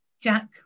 Jack